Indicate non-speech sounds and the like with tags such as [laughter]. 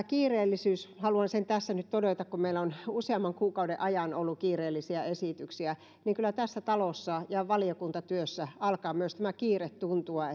[unintelligible] kiireellisyydestä haluan sen tässä nyt todeta kun meillä on useamman kuukauden ajan ollut kiireellisiä esityksiä että kyllä tässä talossa ja valiokuntatyössä alkaa tämä kiire myös tuntua [unintelligible]